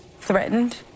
threatened